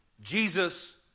Jesus